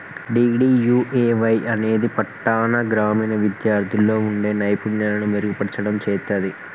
DDUAY అనేది పట్టాణ, గ్రామీణ విద్యార్థుల్లో వుండే నైపుణ్యాలను మెరుగుపర్చడం చేత్తది